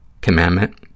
commandment